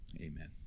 amen